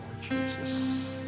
Jesus